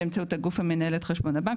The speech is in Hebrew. באמצעות הגוף המנהל את חשבון הבנק,